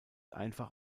einfach